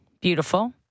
Beautiful